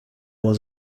was